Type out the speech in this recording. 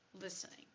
listening